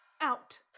Out